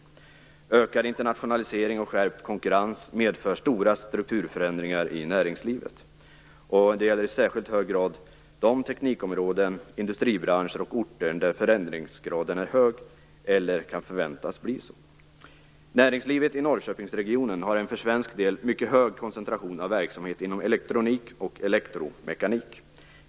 Ökad internationalisering och skärpt konkurrens medför stora strukturförändringar i näringslivet. Det gäller i särskilt hög grad de teknikområden, industribranscher och orter där förändringsgraden är hög eller kan förväntas bli så. Näringslivet i Norrköpingsregionen har en för svensk del mycket hög koncentration av verksamhet inom elektronik och elektromekanik.